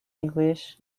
english